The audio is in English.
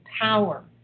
power